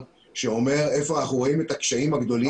שאומר היכן אנחנו רואים את הקשיים הגדולים.